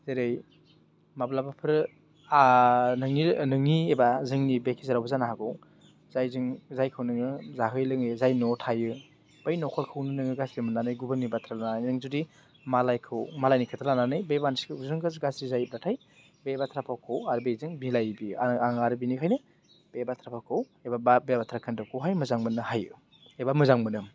जेरै माब्लाबाफोर नोंनि नोंनि एबा जोंनि बे गेजेरावबो जानो हागौ जाय जों जायखौ नोङो जाहोयो लोंहोयो जायनि न'आव थायो बै न'खरखौनो नोङो गाज्रि मोन्नानै गुबुननि बाथ्रा लानानै जुदि मालायखौ मालायनि खोथा लानानै बे मानसिखौ जों गोसो गाज्रि जायोबाथाय बे बाथ्रा भावखौ आरो बेजों बिलायो बियो आं आरो बेनिखायनो बे बाथ्रा भावखौ एबा बे बाथ्रा खोन्दोबखौहाय मोजां मोननो हायो एबा मोजां मोनो